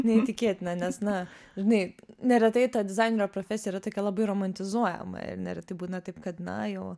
neįtikėtina nes na žinai neretai ta dizainerio profesija yra tokia labai romantizuojama ir neretai būna taip kad na jau